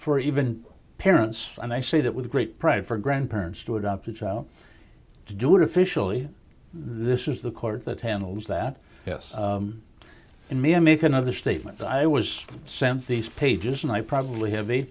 for even parents and i say that with great pride for grandparents to adopt a child to do it officially this is the court that handles that yes and may i make another statement i was sent these pages and i probably have eight